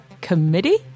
committee